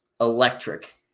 electric